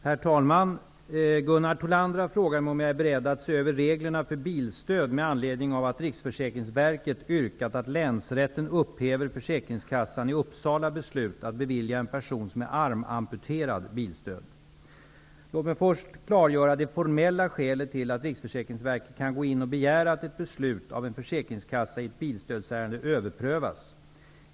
Herr talman! Gunnar Thollander har frågat mig om jag är beredd att se över reglerna för bilstöd med anledning av att Riksförsäkringsverket Uppsala beslut att bevilja en person, som är armamputerad, bilstöd. Låt mig först klargöra det formella skälet till att RFV kan gå in och begära att ett beslut av en försäkringskassa i ett bilstödsärende överprövas.